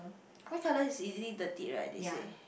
white color is easily dirtied right they say